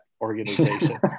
organization